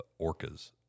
orcas